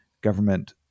government